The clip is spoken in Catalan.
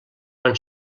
van